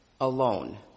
alone